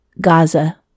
Gaza